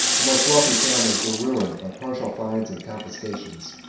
the most wealthy families were ruined by partial fines and confiscations,